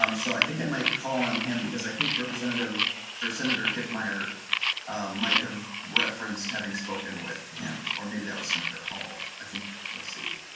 um so i think i might call on him because i think representative or senator kiss my might have referenced having spoken with him or maybe that was senator hall i think let's see.